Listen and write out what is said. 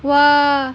!wah!